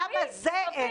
למה זה אין?